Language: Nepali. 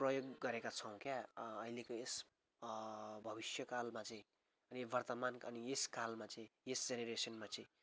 प्रयोग गरेका छौँ क्या अहिलेको यस भविष्यकालमा चाहिँ वर्तमान अनि यस कालमा चाहिँ यस जेनेरेसनमा चाहिँ